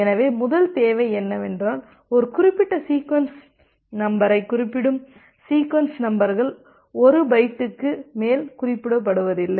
எனவே முதல் தேவை என்னவென்றால் ஒரு குறிப்பிட்ட சீக்வென்ஸ் நம்பரை குறிப்பிடும் சீக்வென்ஸ் நம்பர்கள் 1 பைட்டுக்கு மேல் குறிக்கப்படுவதில்லை